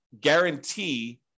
guarantee